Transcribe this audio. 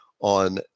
on